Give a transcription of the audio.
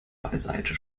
beiseite